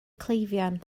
cleifion